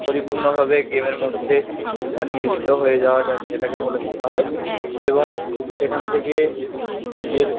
পরিপূর্ণভাবে গেমের মধ্যে নিয়োজিত হয়ে যাওয়া যা যেটাকে বলে থাকা হয় এবং সেখান থেকে নিজের